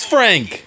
Frank